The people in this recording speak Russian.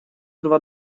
два